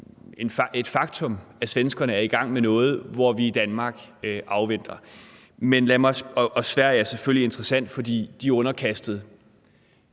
et faktum, at svenskerne er i gang med noget, mens vi i Danmark afventer. Og Sverige er selvfølgelig interessant, fordi de er underkastet